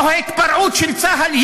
או ההתפרעות של צה"ל,